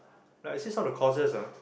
like I see some of the courses ah